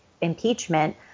impeachment